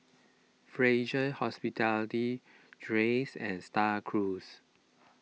Fraser Hospitality Dreyers and Star Cruise